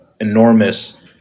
enormous